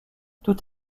tout